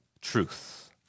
truth